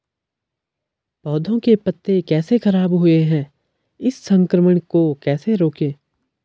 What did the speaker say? पौधों के पत्ते कैसे खराब हुए हैं इस संक्रमण को कैसे रोकें?